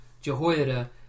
Jehoiada